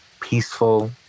peaceful